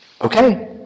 Okay